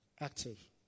Active